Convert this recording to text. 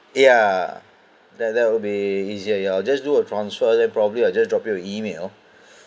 yeah that that will be easier ya I'll just do a transfer then probably I'll just drop you an email